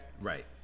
Right